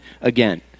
again